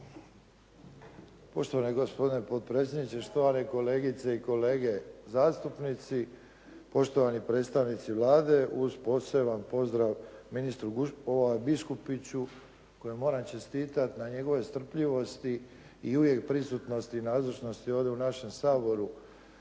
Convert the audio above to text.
Poštovani gospodine potpredsjedniče, štovane kolegice i kolege zastupnici, poštovani predstavnici Vlade uz poseban pozdrav ministru Biškupiću kojem moram čestitati na njegovoj strpljivosti i uvijek prisutnosti i nazočnosti ovdje u našem Saboru,